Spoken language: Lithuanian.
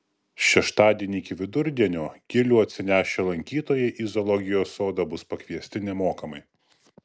šeštadienį iki vidurdienio gilių atsinešę lankytojai į zoologijos sodą bus pakviesti nemokamai